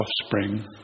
offspring